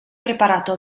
preparato